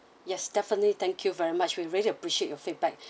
yes definitely thank you very much we really appreciate your feedback